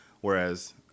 Whereas